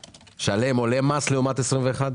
שעליהם עולה המס לעומת 2021?